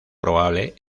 probable